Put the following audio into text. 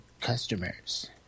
customers